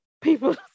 people